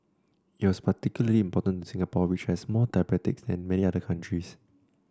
it is particularly important to Singapore which has more diabetics than many other countries